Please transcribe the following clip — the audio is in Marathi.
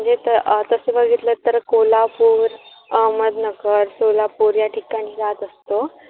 म्हणजे त तसं बघितलं तर कोल्हापूर अहमदनगर सोलापूर या ठिकाणी राहत असतो